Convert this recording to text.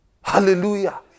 Hallelujah